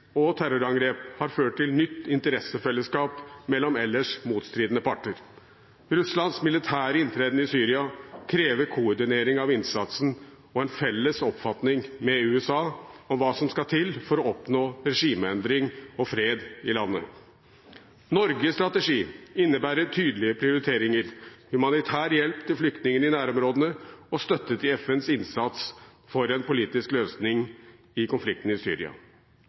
og terrorangrep har ført til et nytt interessefellesskap mellom ellers motstridende parter. Russlands militære inntreden i Syria krever koordinering av innsatsen og en felles oppfatning med USA om hva som skal til for å oppnå regimeendring og fred i landet. Norges strategi innebærer tydelige prioriteringer – humanitær hjelp til flyktningene i nærområdene og støtte til FNs innsats for en politisk løsning på konflikten i Syria.